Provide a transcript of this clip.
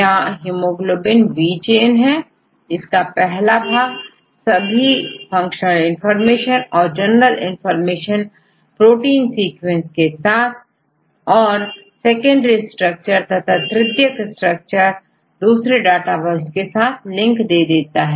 यहां haemoglobin b chain है इसका पहला भाग सभी फंक्शन इंफॉर्मेशन और जनरल इनफार्मेशन प्रोटीन सीक्वेंस के साथ तथा सेकेंडरी स्ट्रक्चर और तृतीयक स्ट्रक्चर और दूसरे डेटाबेस के साथ लिंक दे देता है